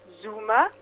zuma